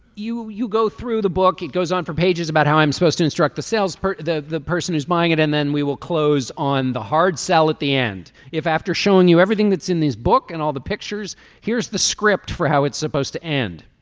you you go through the book it goes on for pages about how i'm supposed to instruct the salesperson the the person who's buying it and then we will close on the hard sell at the end. if after showing you everything that's in this book and all the pictures here's the script for how it's supposed to end.